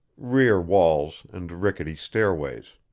rear walls, and rickety stairways.